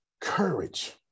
courage